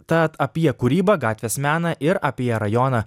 tad apie kūrybą gatvės meną ir apie rajoną